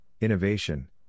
innovation